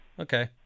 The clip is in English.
Okay